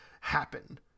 happen